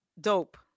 dope